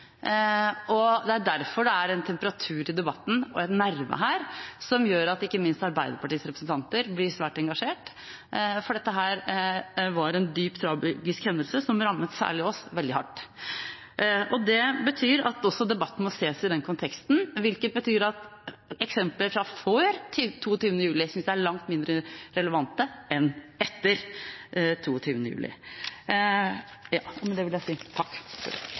etter. Det er derfor det er en temperatur og en nerve i debatten som gjør at ikke minst Arbeiderpartiets representanter blir svært engasjert. For dette var en dypt tragisk hendelse, som rammet særlig oss veldig hardt. Det betyr at også debatten må ses i den konteksten, hvilket betyr at jeg synes eksempler fra før 22. juli er langt mindre relevante enn de fra etter 22. juli. Representanten Per Olaf Lundteigen har hatt ordet to ganger tidligere og